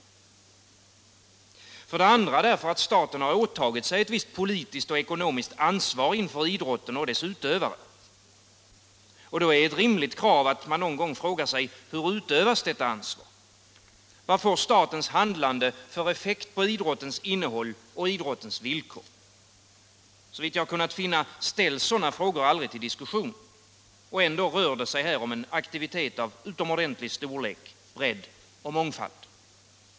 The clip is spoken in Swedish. För det andra därför att staten har åtagit sig ett visst politiskt och ekonomiskt ansvar inför idrotten och dess utövare. Därför är det ett rimligt krav att man någon gång frågar sig: Hur utövas detta ansvar? Vad får statens handlande för effekt på idrottens innehåll och idrottens villkor? Såvitt jag kunnat finna ställs sådana frågor aldrig till diskussion. Och ändå rör det sig om en aktivitet av utomordentlig storlek, bredd och mångfald.